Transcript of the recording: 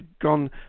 gone